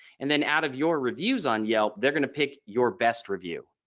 and then out of your reviews on yelp they're going to pick your best review.